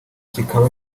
kikaba